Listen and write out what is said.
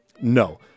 No